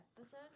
episode